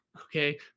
Okay